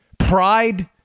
pride